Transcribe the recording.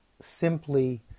simply